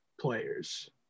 players